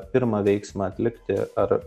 pirmą veiksmą atlikti ar